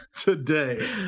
today